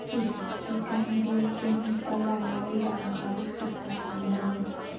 किसान बिल के ही तअ लड़ाई बा ई घरी किसान आन्दोलन में